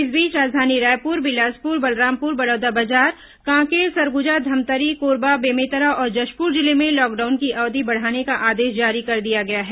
इस बीच राजधानी रायपुर बिलासपुर बलरामपुर बलौदाबाजार कांकेर सरगुजा धमतरी कोरबा बेमेतरा और जशपुर जिले में लॉकडाउन की अवधि बढ़ाने का आदेश जारी कर दिया गया है